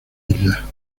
isla